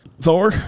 Thor